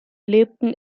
lebten